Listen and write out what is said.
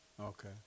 Okay